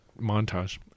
montage